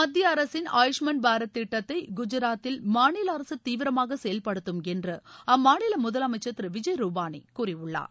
மத்திய அரசின் ஆயுஷ்மான் பாரத் திட்டத்தை குஜராத்தில் மாநில அரசு தீவிரமாக செயல்படுத்தும் என்று அம்மாநில முதலமைச்சர் திரு விஜய் ரூபானி கூறியுள்ளார்